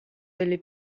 delle